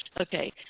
Okay